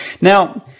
Now